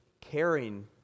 Caring